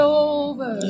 over